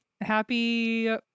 happy